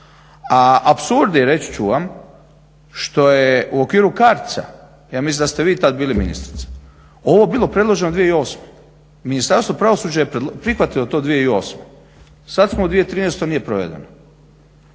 A apsurd reći ću vam što je u okviru CARDS-a ja mislim da ste vi tada bili ministrica, ovo bilo predloženo 2008. Ministarstvo pravosuđa je prihvatilo to 2008. Sada smo u 2013.nije provedeno.